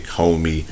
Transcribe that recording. homie